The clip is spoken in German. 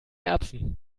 erbsen